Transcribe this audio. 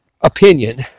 opinion